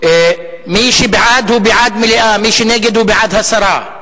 מי שבעד, הוא בעד מליאה, מי שנגד, הוא בעד הסרה.